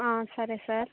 సరే సార్